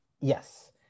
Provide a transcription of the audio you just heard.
yes